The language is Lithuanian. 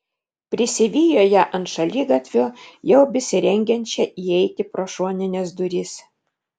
prisivijo ją ant šaligatvio jau besirengiančią įeiti pro šonines duris